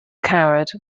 coward